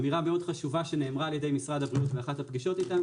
אמירה מאוד חשובה שנאמרה על ידי משרד הבריאות באחת הפגישות איתם